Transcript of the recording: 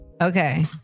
Okay